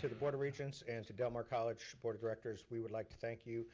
to the board of regent and to del mar college board of directors we would like to thank you